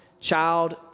child